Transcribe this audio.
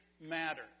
matter